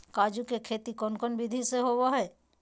काजू के खेती कौन कौन विधि से होबो हय?